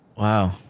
Wow